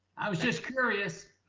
i was just curious.